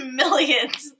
millions